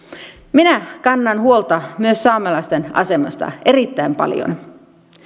minä kannan huolta myös saamelaisten asemasta erittäin paljon